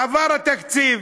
עבר התקציב,